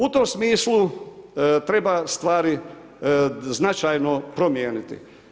U tom smislu, treba stvari značajno promijeniti.